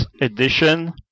Edition